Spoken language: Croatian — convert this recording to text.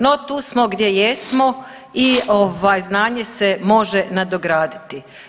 No tu smo gdje jesmo i znanje se može nadograditi.